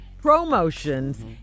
promotions